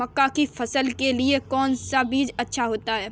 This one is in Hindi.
मक्का की फसल के लिए कौन सा बीज अच्छा होता है?